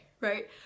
right